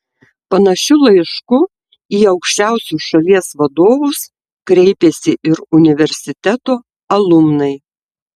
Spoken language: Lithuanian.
panašiu laišku į aukščiausius šalies vadovus kreipėsi ir universiteto alumnai